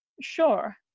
Sure